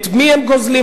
את מי הם גוזלים?